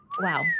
Wow